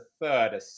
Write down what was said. third